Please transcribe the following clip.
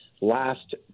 Last